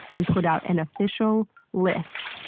and put out an official list.